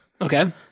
Okay